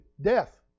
Death